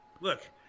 Look